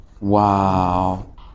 Wow